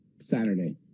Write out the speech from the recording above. Saturday